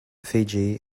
fiji